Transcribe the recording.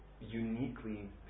uniquely